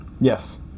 Yes